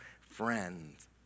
friends